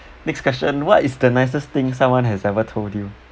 next question what is the nicest thing someone has ever told you